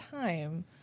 time